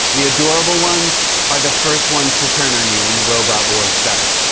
the adorable ones are the first ones to turn on you when the robot wars start.